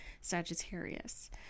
Sagittarius